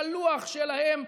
שלוח שלהם,